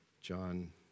John